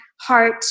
heart